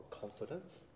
confidence